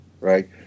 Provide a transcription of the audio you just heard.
right